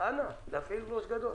אנא תפעילו ראש גדול,